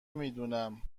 میدونم